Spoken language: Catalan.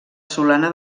solana